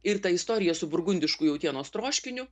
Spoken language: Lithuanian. ir ta istorija su burgundišku jautienos troškiniu